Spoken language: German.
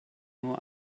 nur